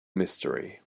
mystery